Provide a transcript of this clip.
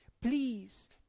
Please